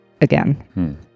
Again